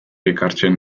ekartzen